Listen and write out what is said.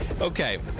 Okay